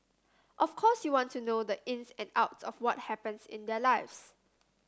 of course you want to know the ins and outs of what happens in their lives